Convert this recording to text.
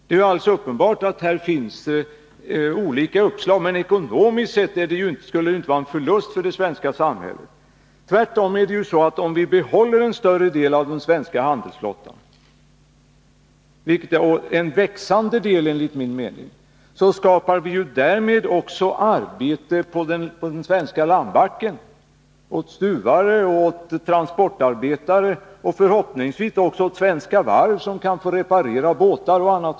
Det är alldeles uppenbart att det finns olika uppslag, men ekonomiskt sett skulle det inte vara en förlust för det svenska samhället att träda in. Tvärtom! Om vi behåller en större del av den svenska handelsflottan — jag anser t.o.m. att den bör växa — skapar vi därmed också arbete på den svenska landbacken: åt stuvare, transportarbetare och förhoppningsvis också åt Svenska Varv, som kan få reparera båtar och annat.